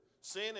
Sin